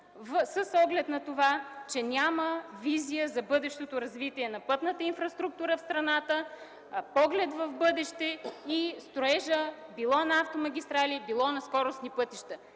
с оглед на това, че няма визия за бъдещото развитие на пътната инфраструктура в страната, поглед в бъдеще и строеж било на автомагистрали, било на скоростни пътища.